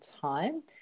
time